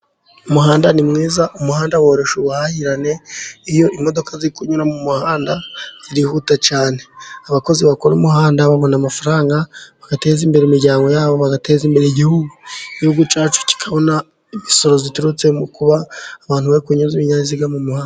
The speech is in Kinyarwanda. Umuhanda ni mwiza. Umuhanda woroshya ubuhahirane. Iyo imodoka ziri kunyura mu muhanda zirihuta cyane, abakozi bakora umuhanda babona amafaranga bagateza imbere imiryango yabo, bagateza imbere Igihugu. Igihugu cyacu kikabona imisoro iturutse mu kuba abantu bari kunyuza ibinyabiziga mu muhanda.